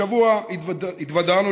השבוע התוודענו,